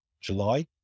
July